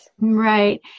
Right